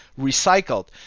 recycled